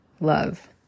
love